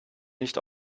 nicht